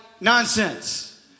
nonsense